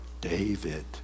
David